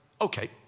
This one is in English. okay